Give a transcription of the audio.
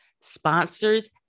Sponsors